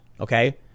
okay